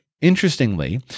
interestingly